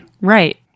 Right